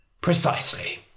Precisely